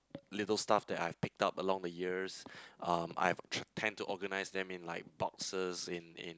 little stuff that I've picked up along the years um I've tend to organize them in like boxes in in